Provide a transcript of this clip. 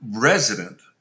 resident